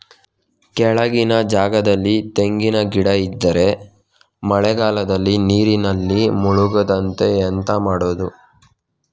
ಕೆಳಗಿನ ಜಾಗದಲ್ಲಿ ತೆಂಗಿನ ಗಿಡ ಇದ್ದರೆ ಮಳೆಗಾಲದಲ್ಲಿ ನೀರಿನಲ್ಲಿ ಮುಳುಗದಂತೆ ಎಂತ ಮಾಡೋದು?